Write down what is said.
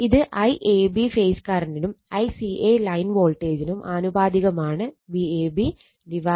ഇത് IAB phase കറണ്ടിനും ICA line വോൾട്ടേജിനും ആനുപാതികമാണ് VabVca